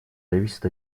зависит